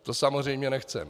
To samozřejmě nechceme.